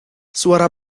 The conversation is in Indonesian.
suara